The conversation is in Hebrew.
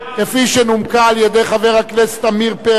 כפי שנומקה על-ידי חבר הכנסת עמיר פרץ.